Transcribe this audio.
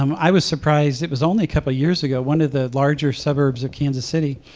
um i was surprised it was only a couple of years ago, one of the larger suburbs of kansas city,